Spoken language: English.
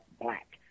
Black